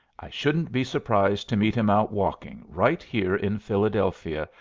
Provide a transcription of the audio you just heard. i shouldn't be surprised to meet him out walking, right here in philadelphia,